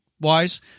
wise